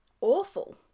awful